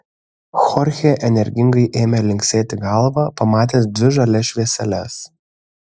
chorchė energingai ėmė linksėti galva pamatęs dvi žalias švieseles